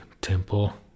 temple